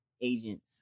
agents